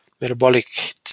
metabolic